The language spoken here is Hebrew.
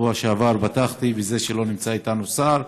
בשבוע שעבר פתחתי בזה שלא נמצא איתנו שר.